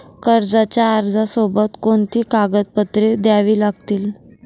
कर्जाच्या अर्जासोबत कोणती कागदपत्रे द्यावी लागतील?